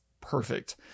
perfect